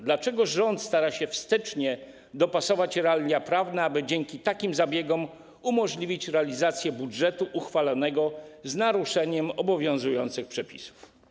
Dlaczego rząd stara się wstecznie dopasować realia prawne, aby dzięki takim zabiegom umożliwić realizację budżetu uchwalonego z naruszeniem obowiązujących przepisów?